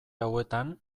hauetan